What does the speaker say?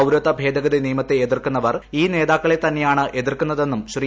പൌരത്വ ഭേദഗതി നിയമത്തെ എതിർക്കുന്നവർ ഈ നേതാക്കളെത്തന്നെയാണ് എതിർക്കുന്നതെന്നും ശ്രീ